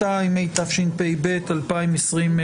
התשפ"ב-2022.